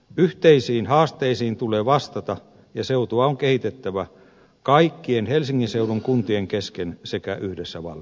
yhteisiin haasteisiin tulee vastata ja seutua on kehitettävä kaikkien helsingin seudun kuntien kesken sekä yhdessä valtion kanssa